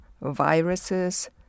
viruses